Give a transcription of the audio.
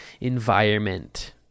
environment